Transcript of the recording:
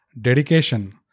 Dedication